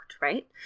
right